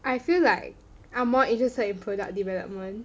I feel like I'm more interested in product development